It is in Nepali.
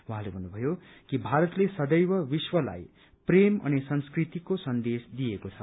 उहाँले भन्नुभयो कि भारतले सदैव विश्वलाई प्रेम अनि संस्कृतिको सन्देश दिएको छ